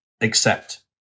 accept